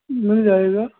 मिल जाएगा